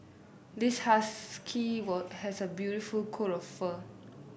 this husky were has a beautiful coat of fur